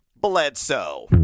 Bledsoe